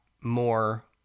more